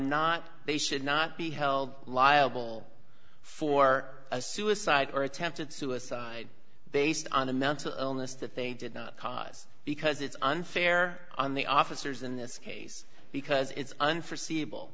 not they should not be held liable for a suicide or attempted suicide based on a mental illness that they did not cause because it's unfair on the officers in this case because it's unforseen able